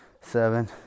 seven